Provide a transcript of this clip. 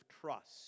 trust